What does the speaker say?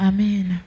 Amen